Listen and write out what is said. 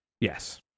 Yes